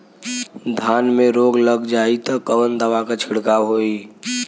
धान में रोग लग जाईत कवन दवा क छिड़काव होई?